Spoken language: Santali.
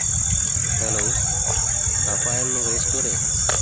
ᱦᱮᱞᱳ ᱟᱯᱟᱭᱚᱱ ᱨᱮᱥᱴᱩᱨᱮᱱᱴ